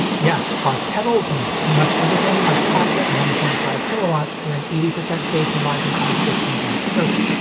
yes, our kettles and pretty much everything are capped at one point five kilowatts for an eighty percent safety margin on a fifteen a circuit,